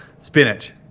Spinach